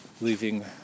leaving